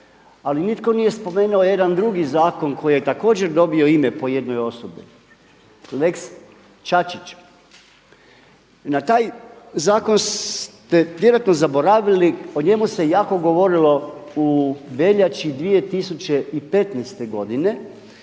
Ali nitko nije spomenuo jedan drugi zakon koji je također dobio ime po jednoj osobi lex Čačić. Na taj zakon ste vjerojatno zaboravili. O njemu se jako govorilo u veljači 2015. godine.